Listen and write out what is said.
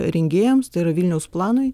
rengėjams tai yra vilniaus planui